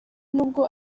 n’ubwo